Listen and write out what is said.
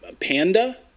Panda